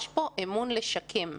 יש פה אמון לשקם.